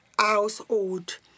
household